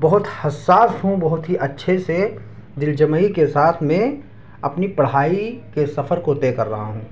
بہت حساس ہوں بہت ہی اچھے سے دل جمعی کے ساتھ میں اپنی پڑھائی کے سفر کو طے کر رہا ہوں